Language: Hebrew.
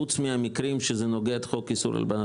חוץ מהמקרים שבהם זה נוגד את חוק איסור הלבנת הון?